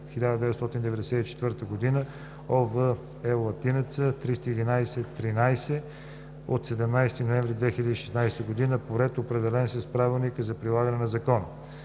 1994 г. (ОВ, L 311/13 от 17 ноември 2016 г.) по ред, определен с правилника за прилагане на закона.“